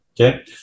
okay